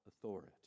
authority